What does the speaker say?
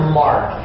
mark